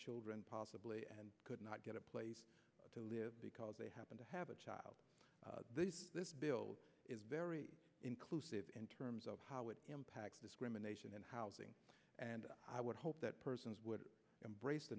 children possibly and could not get a place to live because they happen to have a child this bill is very inclusive in terms of how it impacts discrimination and housing and i would hope that persons would embrace the